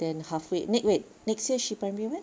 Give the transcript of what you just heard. then halfway wait wait next year she primary what